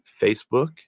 Facebook